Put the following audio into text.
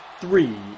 Three